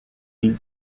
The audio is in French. île